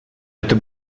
это